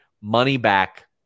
money-back